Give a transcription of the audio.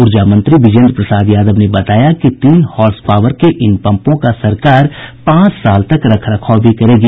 ऊर्जा मंत्री बिजेन्द्र प्रसाद यादव ने बताया कि तीन हॉर्स पावर के इन पम्पों का सरकार पांच साल तक रख रखाव भी करेगी